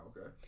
Okay